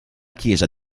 chiesa